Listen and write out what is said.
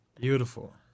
Beautiful